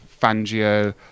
fangio